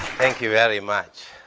thank you very much.